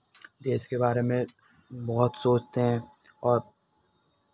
देश के बारे में बहुत सोचते हैं और